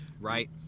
right